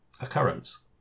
occurrence